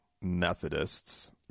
methodists